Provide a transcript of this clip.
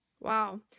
Wow